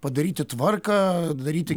padaryti tvarką daryti